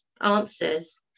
answers